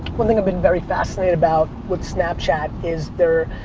one thing i've been very fascinated about with snapchat is their